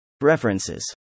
References